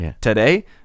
today